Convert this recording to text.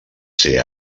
ser